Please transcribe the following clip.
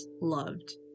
loved